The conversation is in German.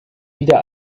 wieder